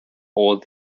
all